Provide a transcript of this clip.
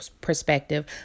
perspective